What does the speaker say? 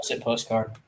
Postcard